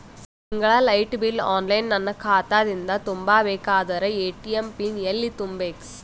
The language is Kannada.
ತಿಂಗಳ ಲೈಟ ಬಿಲ್ ಆನ್ಲೈನ್ ನನ್ನ ಖಾತಾ ದಿಂದ ತುಂಬಾ ಬೇಕಾದರ ಎ.ಟಿ.ಎಂ ಪಿನ್ ಎಲ್ಲಿ ತುಂಬೇಕ?